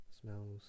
Smells